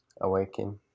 awaken